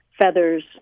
Feathers